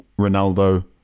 Ronaldo